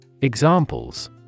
Examples